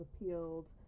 appealed